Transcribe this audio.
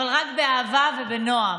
אבל רק באהבה ובנועם,